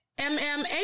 MMA